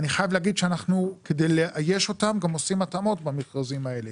אני חייב להגיד שכדי לאייש אותם אנחנו גם עושים התאמות במכרזים האלה,